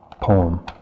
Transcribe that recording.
poem